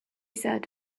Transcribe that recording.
said